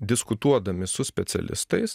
diskutuodami su specialistais